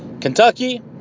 Kentucky